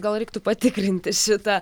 gal reiktų patikrinti šitą